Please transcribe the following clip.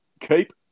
keep